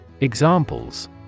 Examples